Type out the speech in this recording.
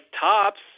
tops